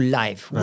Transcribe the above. life